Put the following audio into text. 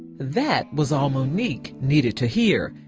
that was all monique needed to hear.